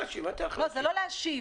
זה לא להשיב.